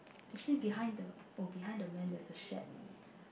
actually behind the oh behind the man there is a shed